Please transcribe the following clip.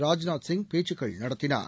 ராஜ்நாத் சிங் பேச்சுக்கள் நடத்தினார்